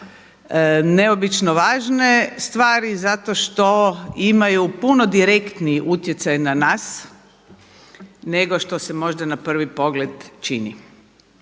neobično važne stvari zato što imaju puno direktniji utjecaj na nas nego što se možda na prvi pogled čini.